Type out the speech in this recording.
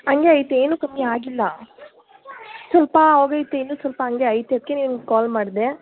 ಹಂಗೆ ಐತೆ ಏನು ಕಮ್ಮಿ ಆಗಿಲ್ಲ ಸೊಲ್ಪ ಹೋಗೈತೆ ಇನ್ನು ಸ್ವಲ್ಪ ಹಾಗೆ ಐತೆ ಅದಕ್ಕೆ ನಿಮ್ಗೆ ಕಾಲ್ ಮಾಡಿದೆ